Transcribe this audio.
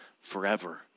forever